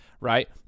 right